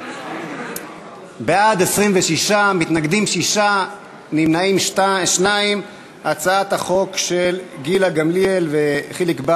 ההצעה להעביר את הצעת חוק איסור אלימות בספורט (תיקון,